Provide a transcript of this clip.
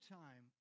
time